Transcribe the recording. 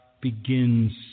begins